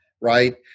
right